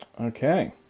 okay